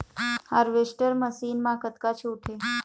Harvester machine मा कतका छूट हे?